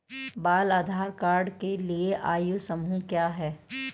बाल आधार कार्ड के लिए आयु समूह क्या है?